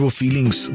feelings